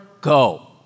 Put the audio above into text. go